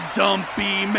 dumpy